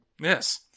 Yes